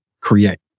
create